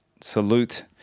Salute